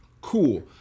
Cool